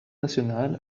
nationale